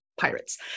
pirates